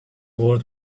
world